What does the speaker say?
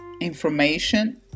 information